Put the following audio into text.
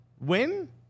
win